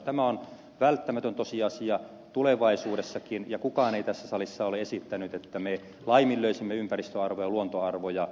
tämä on välttämätön tosiasia tulevaisuudessakin ja kukaan ei tässä salissa ole esittänyt että me laiminlöisimme ympäristöarvoja ja luontoarvoja